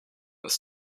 ist